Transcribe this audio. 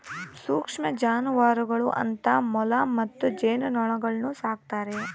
ಸೂಕ್ಷ್ಮ ಜಾನುವಾರುಗಳು ಅಂತ ಮೊಲ ಮತ್ತು ಜೇನುನೊಣಗುಳ್ನ ಸಾಕ್ತಾರೆ